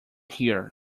here